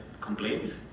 complaints